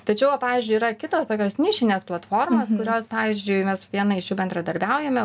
tačiau va pavyzdžiui yra kitos tokios nišinės platformos kurios pavyzdžiui mes su viena iš jų bendradarbiaujam